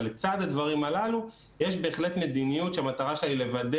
אבל לצד הדברים האלה יש בהחלט מדיניות שהמטרה שלה היא לוודא